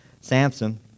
Samson